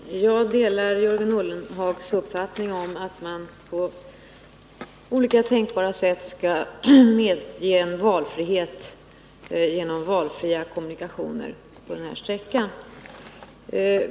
Herr talman! Jag delar Jörgen Ullenhags uppfattning att man på olika tänkbara sätt skall medge en valfrihet när det gäller kommunikationerna på den här sträckan.